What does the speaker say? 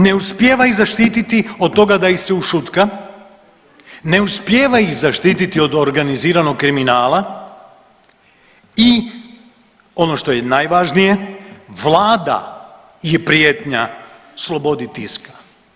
Ne uspijeva ih zaštititi od toga da ih se ušutka, ne uspijeva ih zaštititi od organiziranog kriminala i ono što je najvažnije vlada je prijetnja slobodi tiska.